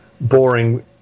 boring